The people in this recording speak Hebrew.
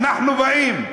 אנחנו באים,